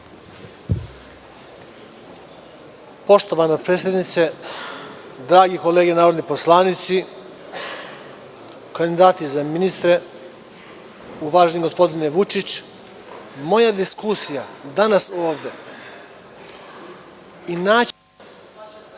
Poštovana predsednice, drage kolege narodni poslanici, kandidati za ministre, uvaženi gospodine Vučiću, moja diskusija danas ovde i način,